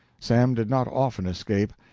sam did not often escape.